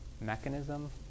mechanism